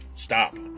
Stop